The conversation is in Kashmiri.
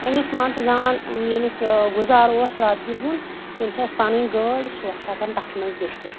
وۄنۍ یُس مان ژٕ زان یٔمِس گُزارٕ اوس رۄپیہِ ہُنٛد تٔمِس ٲس پَنٕنۍ گٲڑۍ سُہ اوس ہٮ۪کان تَتھ منٛز گٔژھِتھ